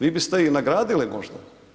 Vi biste ih nagradili možga?